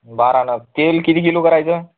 बारा नग तेल किती किलो करायचं